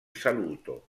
saluto